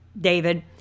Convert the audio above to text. David